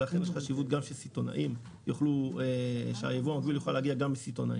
ולכן יש חשיבות גם שהייבוא המקביל יוכל להגיע גם מסיטונאי.